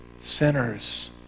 sinners